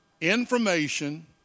Information